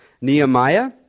Nehemiah